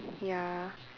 ya